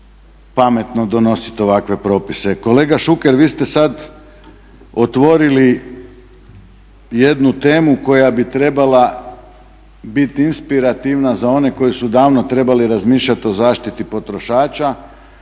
pametno donositi ovakve propise. Kolega Šuker vi ste sad otvorili jednu temu koja bi trebala biti inspirativna za one koji su davno trebali razmišljati o zaštiti potrošača